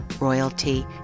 royalty